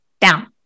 down